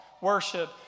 worship